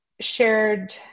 shared